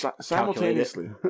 Simultaneously